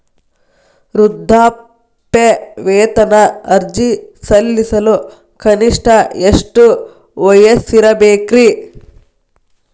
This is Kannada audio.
ವೃದ್ಧಾಪ್ಯವೇತನ ಅರ್ಜಿ ಸಲ್ಲಿಸಲು ಕನಿಷ್ಟ ಎಷ್ಟು ವಯಸ್ಸಿರಬೇಕ್ರಿ?